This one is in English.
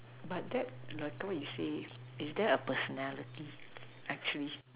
but that I thought you say is there a personality actually